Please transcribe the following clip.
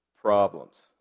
problems